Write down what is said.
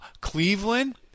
Cleveland